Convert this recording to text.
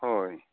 ᱦᱳᱭ